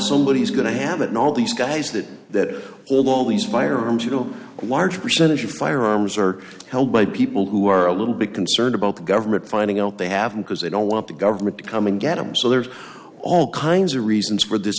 somebody is going to have it all these guys that that all these firearms you don't watch percentage of firearms are held by people who are a little bit concerned about the government finding out they have them because they don't want the government to come and get them so there's all kinds of reasons for this